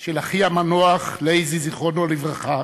של אחי המנוח לייזי, זיכרונו לברכה,